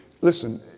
listen